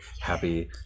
happy